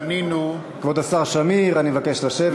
כבוד השר שמיר, אני מבקש לשבת.